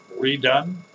redone